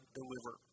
deliver